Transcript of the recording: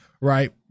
Right